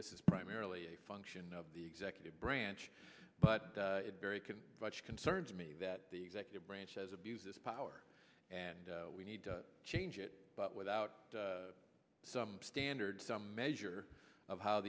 this is primarily a function of the executive branch but it very can concerns me that the executive branch as abuses power and we need to change it but without some standard some measure of how